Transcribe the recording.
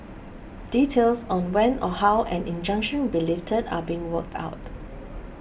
details on when or how an injunction will be lifted are being worked out